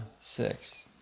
six